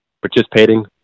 participating